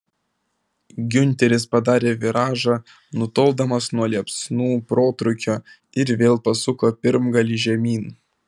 giunteris padarė viražą nutoldamas nuo liepsnų protrūkio ir vėl pasuko pirmgalį žemyn